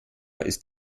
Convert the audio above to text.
ist